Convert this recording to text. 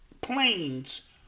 planes